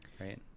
Right